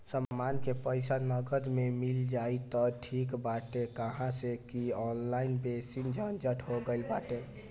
समान के पईसा नगद में मिल जाई त ठीक बाटे काहे से की ऑनलाइन बेसी झंझट हो गईल बाटे